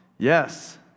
Yes